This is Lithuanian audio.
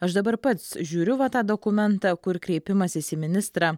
aš dabar pats žiūriu va tą dokumentą kur kreipimasis į ministrą